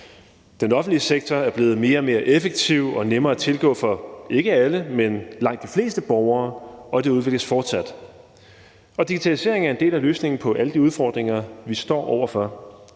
Den offentlige sektor er blevet mere og mere effektiv og nemmere at tilgå for ikke alle, men langt de fleste borgere, og det udvikles fortsat. Digitalisering er en del af løsningen på alle de udfordringer, vi står over for: